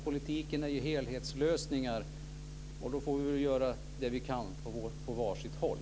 Politiken är ju helhetslösningar, och då får vi göra det vi kan på var sitt håll.